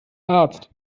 arzt